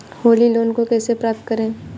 Holi loan को कैसे प्राप्त करें?